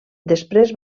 després